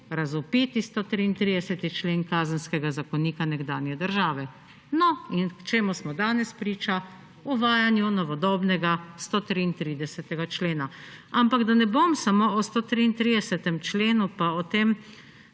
razvpiti 133. člen Kazenskega zakonika nekdanje države. No, in čemu smo danes priča? Uvajanju novodobnega 133. člena! Ampak da ne bom samo o 133. členu pa o tem